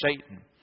Satan